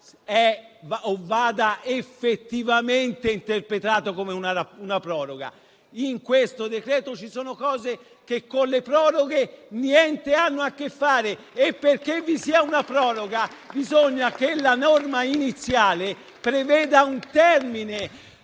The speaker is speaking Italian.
vada effettivamente interpretato come una proroga: in questo decreto-legge ci sono cose che con le proroghe niente hanno a che fare e perché vi sia una proroga bisogna che la norma iniziale preveda un termine.